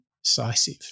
incisive